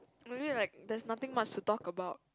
maybe like there's nothing much to talk about